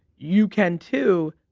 you can too.